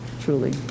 truly